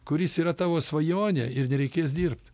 kuris yra tavo svajonė ir nereikės dirbti